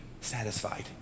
satisfied